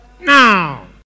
Now